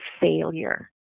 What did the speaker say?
failure